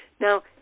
Now